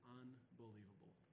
unbelievable